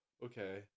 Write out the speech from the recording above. Okay